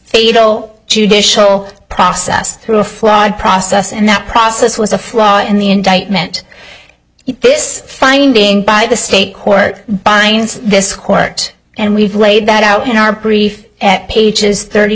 fatal judicial process through a flawed process and that process was a flaw in the indictment this finding by the state court binds this court and we've laid that out in our brief pages thirty